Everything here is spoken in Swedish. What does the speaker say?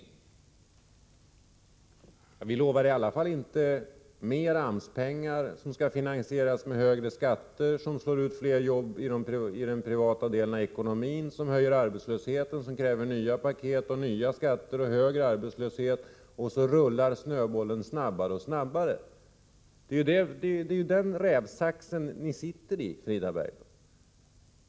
Nej, vi lovar i alla fall inte mera AMS-pengar, som skall finansieras med högre skatter, som slår ut flera jobb i den privata delen av ekonomin, vilket höjer arbetslösheten, vilket kräver nya paket och nya skatter, som ger högre arbetslöshet, osv. Så rullar snöbollen snabbare och snabbare. Det är en rävsax ni sitter i, Frida Berglund.